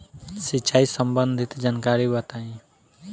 सिंचाई संबंधित जानकारी बताई?